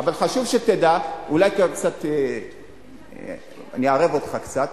אבל חשוב שתדע, אולי אני אערב אותך קצת: